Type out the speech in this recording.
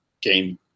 game